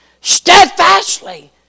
steadfastly